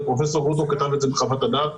ופרופ' גרוטו כתב את זה בחוות הדעת,